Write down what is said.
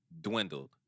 dwindled